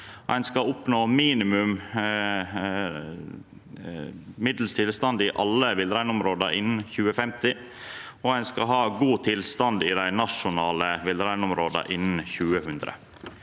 Ein skal oppnå minimum middels tilstand i alle villreinområda innan 2050. Ein skal ha god tilstand i dei nasjonale villreinområda innan 2100.